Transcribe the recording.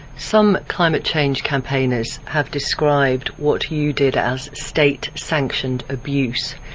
some climate change campaigners have described what you did as state sanctioned abuse.